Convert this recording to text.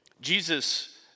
Jesus